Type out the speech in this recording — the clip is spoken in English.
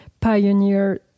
pioneer